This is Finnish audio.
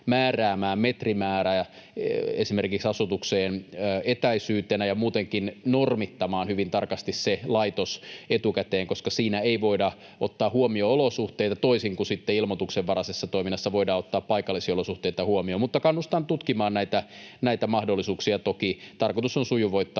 koputtaa] metrimäärä esimerkiksi etäisyytenä asutukseen ja muutenkin normittamaan hyvin tarkasti se laitos etukäteen, koska siinä ei voida ottaa huomioon olosuhteita, toisin kuin sitten ilmoituksenvaraisessa toiminnassa, jossa voidaan ottaa paikallisia olosuhteita huomioon. Mutta kannustan tutkimaan näitä mahdollisuuksia toki. Tarkoitus on sujuvoittaa